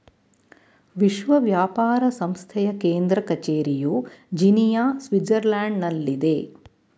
ವಿಶ್ವ ವ್ಯಾಪಾರ ಸಂಸ್ಥೆಯ ಕೇಂದ್ರ ಕಚೇರಿಯು ಜಿನಿಯಾ, ಸ್ವಿಟ್ಜರ್ಲ್ಯಾಂಡ್ನಲ್ಲಿದೆ